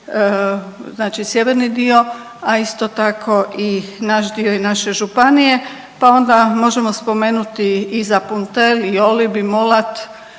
znači sjeverni dio a isto tako i naš dio i naše županije, pa onda možemo spomenuti i Zapuntel i Olib i Molat